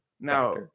now